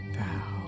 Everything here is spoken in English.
Thou